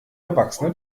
erwachsene